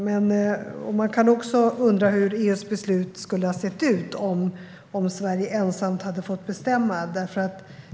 Man kan också undra hur EU:s beslut skulle ha sett ut om Sverige ensamt hade fått bestämma.